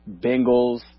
Bengals